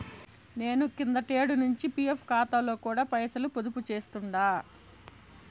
నేను కిందటేడు నించి పీఎఫ్ కాతాలో కూడా పైసలు పొదుపు చేస్తుండా